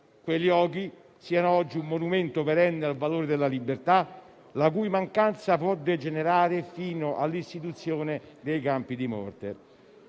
Quei luoghi siano oggi un monumento perenne al valore della libertà, la cui mancanza può degenerare fino all'istituzione dei campi di morte.